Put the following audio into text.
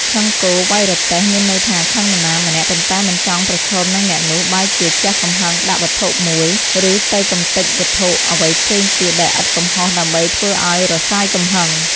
ខឹងគោ វ៉ៃរទេះ មានន័យថាខឹងនរណាម្នាក់ ប៉ុន្តែមិនចង់ប្រឈមនឹងអ្នកនោះ បែរជាជះកំហឹងដាក់វត្ថុមួយ ឬទៅកម្ទេចវត្ថុអ្វីផ្សេងទៀតដែលឥតកំហុសដើម្បីធ្វើឱ្យរសាយកំហឹង ។